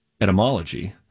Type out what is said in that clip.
etymology